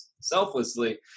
selflessly